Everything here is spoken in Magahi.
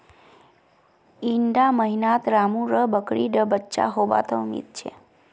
इड़ा महीनात रामु र बकरी डा बच्चा होबा त उम्मीद छे